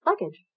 Luggage